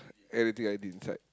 anything I did inside